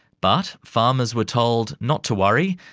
but farmers were told not to worry,